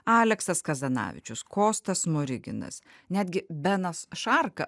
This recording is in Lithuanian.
aleksas kazanavičius kostas smoriginas netgi benas šarka